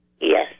Yes